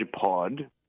Pod